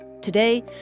Today